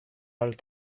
halte